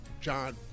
John